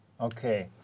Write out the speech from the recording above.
Okay